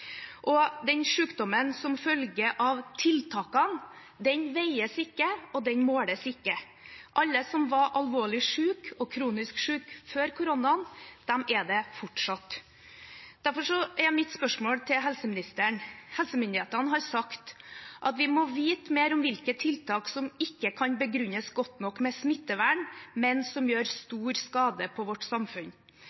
Den sykdommen som følger av tiltakene, veies ikke og måles ikke. Alle som var alvorlig syke og kronisk syke før koronaen, de er det fortsatt. Derfor er mitt spørsmål til helseministeren: Helsemyndighetene har sagt at vi må vite mer om hvilke tiltak som ikke kan begrunnes godt nok med smittevern, men som gjør